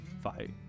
fight